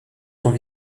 sont